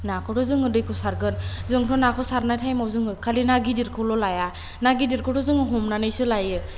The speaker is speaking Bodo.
नाखौथ' जोङो दैखौ सारगोन जोंथ' नाखौ सारनाय टाइमआव जोङो खाालि गिदिरखौल' लाया ना गिदिरखौथ' जों हमनानैसो लायो